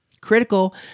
Critical